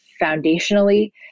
foundationally